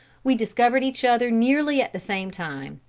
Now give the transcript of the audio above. we discovered each other nearly at the same time.